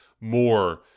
more